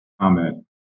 comment